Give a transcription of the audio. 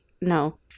no